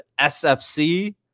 SFC